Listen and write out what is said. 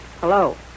Hello